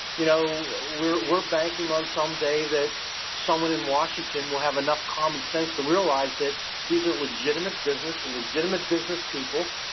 you know, we're we're banking on some day that someone in washington will have enough common sense to realize that these are legitimate business, legitimate business people.